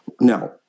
Now